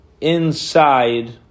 Inside